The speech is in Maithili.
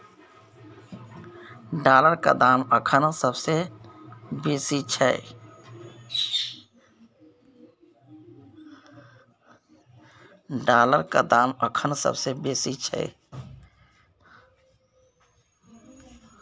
डॉलरक दाम अखन सबसे बेसी छै